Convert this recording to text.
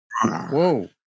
whoa